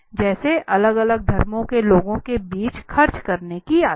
जैसे अलग अलग धर्मों के लोगों के बीच खर्च करने की आदत